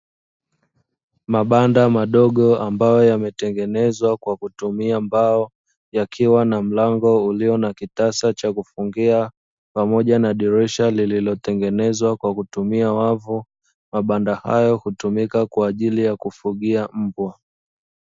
Mabanda madogo, ambayo yametengenezwa kwa kutumia mbao, yakiwa na mlango ulio na kitasa cha kufungia pamoja na dirisha lililotengenezwa kwa kutumia wavu. Mabanda hayo hutumika kwa ajili ya kufugia mbwa.